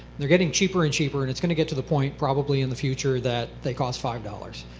they're getting cheaper and cheaper, and it's going to get to the point, probably in the future, that they cost five dollars.